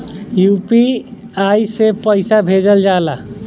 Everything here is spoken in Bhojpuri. यू.पी.आई से पईसा भेजल जाला का?